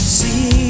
see